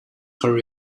hurry